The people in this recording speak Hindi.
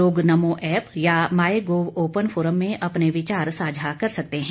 लोग नमो ऐप या माई गोव ओपन फोरम में अपने विचार साझा कर सकते हैं